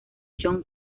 john